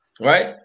right